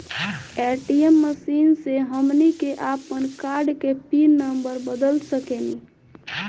ATM machine से हमनी के आपन कार्ड के पिन नम्बर बदल सके नी